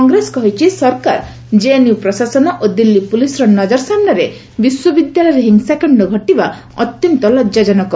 କଂଗ୍ରେସ କହିଛି ସରକାର କେଏନ୍ୟୁ ପ୍ରଶାସନ ଓ ଦିଲ୍ଲୀ ପୁଲିସ୍ର ନଜର ସାମ୍ବାରେ ବିଶ୍ୱବିଦ୍ୟାଳୟରେ ହିଂସାକାଶ୍ଡ ଘଟିବା ଅତ୍ୟନ୍ତ ଲଜାଜନକ